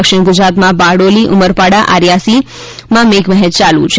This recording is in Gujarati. દક્ષિણ ગુજરાતમાં બારડોલી ઉમરપાડા આર્યાસી ડોલઅણંમા મેધ મહેર ચાલુ છે